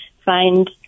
find